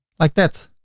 like that.